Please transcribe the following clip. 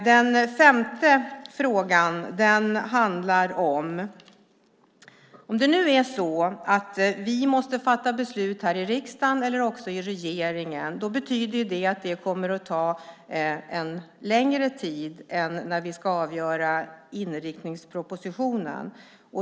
Den femte frågan handlar om detta: Om det nu är så att vi måste fatta beslut här i riksdagen eller i regeringen betyder det att det kommer att ta en längre tid än när vi ska besluta om inriktningspropositionen.